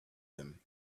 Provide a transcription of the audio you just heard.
them